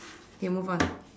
okay move on